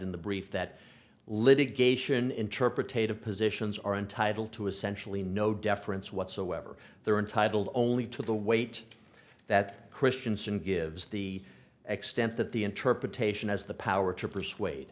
in the brief that litigation interpretative positions are entitled to essentially no difference whatsoever they're entitled only to the weight that christianson gives the extent that the interpretation has the power to persuade